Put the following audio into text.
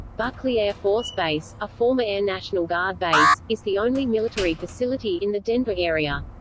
buckley air force base, a former air national guard base, is the only military facility in the denver area.